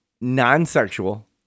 non-sexual